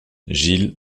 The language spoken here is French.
gil